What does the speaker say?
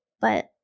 But-